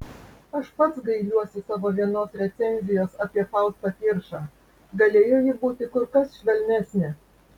aš pats gailiuosi savo vienos recenzijos apie faustą kiršą galėjo ji būti kur kas švelnesnė